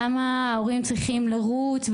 למה ההורים צריכים לרוץ,